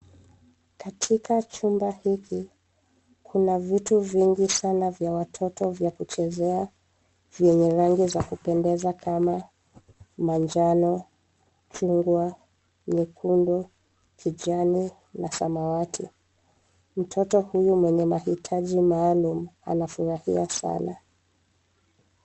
Katika chumba hiki kuna vitu vingi sana vya watoto vya kuchezea vyenye rangi za kupendeza kama manjano, chungwa, nyekundu, kijani na samawati. Mtoto huyo mwenye mahitaji maalum anafurahia sana.